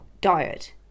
diet